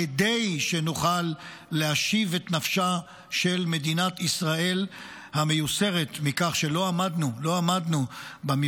כדי שנוכל להשיב את נפשה של מדינת ישראל המיוסרת מכך שלא עמדנו במבחן,